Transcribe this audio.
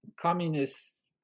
communist